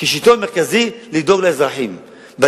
נקבל את ההחלטה.